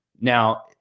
Now